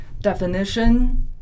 definition